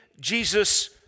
Jesus